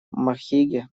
махиге